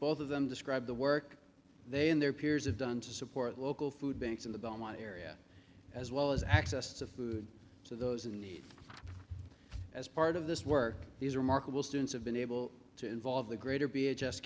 both of them described the work they and their peers have done to support local food banks in the belmont area as well as access to food to those in need as part of this work these remarkable students have been able to involve the greater